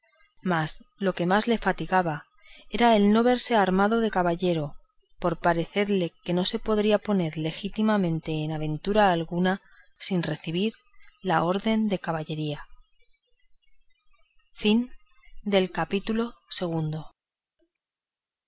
mas lo que más le fatigaba era el no verse armado caballero por parecerle que no se podría poner legítimamente en aventura alguna sin recebir la orden de caballería capítulo